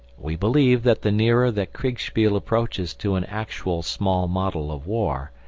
we believe that the nearer that kriegspiel approaches to an actual small model of war,